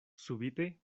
subite